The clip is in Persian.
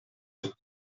کنید